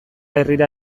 herrira